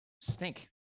stink